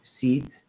seeds